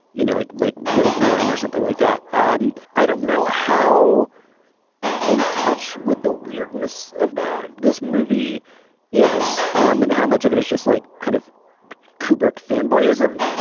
you know like like rogue one or something like that. um i don't know how in touch with the weirdness of that this movie is and how much of it is just like kind of kubrick fanboy ism